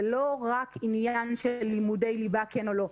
זה לא רק עניין של לימודי ליבה כן או לא.